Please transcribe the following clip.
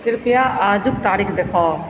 कृपया आजुक तारीख देखाउ